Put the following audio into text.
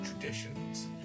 traditions